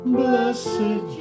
blessed